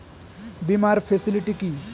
বীমার ফেসিলিটি কি?